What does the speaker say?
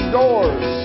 doors